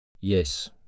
Yes